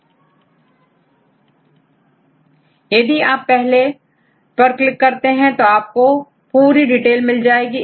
अब यदि आप पहले पर क्लिक करते हैं तो आपको इसकी पूरी डिटेल मिल जाएगी